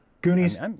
Goonies